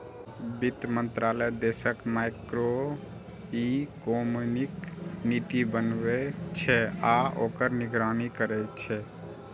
वित्त मंत्रालय देशक मैक्रोइकोनॉमिक नीति बनबै छै आ ओकर निगरानी करै छै